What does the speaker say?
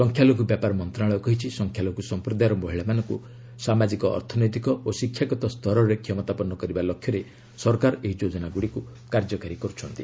ସଂଖ୍ୟାଲଘୁ ବ୍ୟାପାର ମନ୍ତ୍ରଣାଳୟ କହିଛି ସଂଖ୍ୟାଲଘୁ ସଂପ୍ରଦାୟର ମହିଳାମାନଙ୍କୁ ସାମାଜିକ ଅର୍ଥନୈତିକ ଓ ଶିକ୍ଷାଗତ ସ୍ତରରେ କ୍ଷମତାପନ୍ନ କରିବା ଲକ୍ଷ୍ୟରେ ସରକାର ଏହି ଯୋଜନାଗୁଡ଼ିକୁ କାର୍ଯ୍ୟକାରୀ କରୁଛନ୍ତି